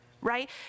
right